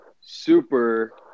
super